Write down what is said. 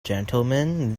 gentlemen